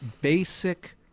basic